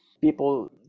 People